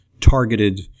targeted